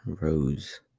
rose